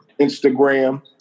Instagram